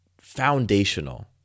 foundational